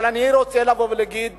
אבל אני רוצה לבוא ולהגיד